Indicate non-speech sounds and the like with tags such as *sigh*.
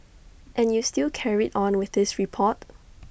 and you still carried on with this report *noise*